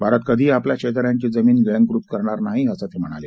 भारत कधीही आपल्या शेजा यांची जमीन गिळंकृत करणार नाही असं ते म्हणाले